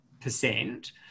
percent